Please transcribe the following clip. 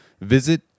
visit